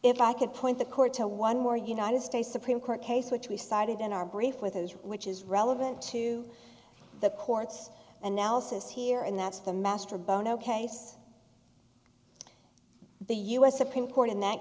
if i could point the court to one more united states supreme court case which we cited in our brief with those which is relevant to the court's analysis here and that's the master bono case the u s supreme court in that